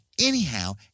Anyhow